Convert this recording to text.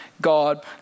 God